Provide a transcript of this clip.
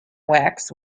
wax